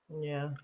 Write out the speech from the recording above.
Yes